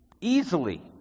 easily